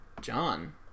John